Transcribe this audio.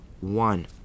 One